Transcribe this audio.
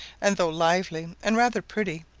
and though lively and rather pretty,